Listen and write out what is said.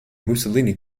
mussolini